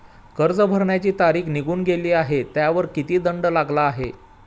कर्ज भरण्याची तारीख निघून गेली आहे त्यावर किती दंड लागला आहे?